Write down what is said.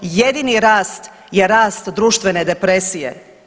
Jedini rast je rast društvene depresije.